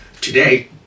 today